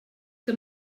que